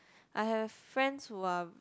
I have friends who are